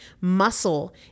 Muscle